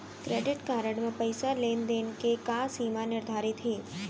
Credit card म पइसा लेन देन के का सीमा निर्धारित हे?